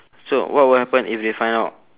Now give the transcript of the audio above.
so what will happen if they find out